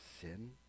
sin